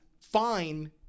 fine